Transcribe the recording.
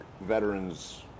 veterans